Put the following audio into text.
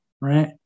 right